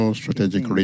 strategic